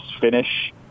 finish